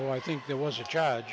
or i think there was a judge